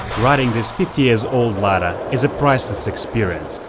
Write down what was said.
riding this fifty years old lada is a priceless experience!